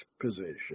position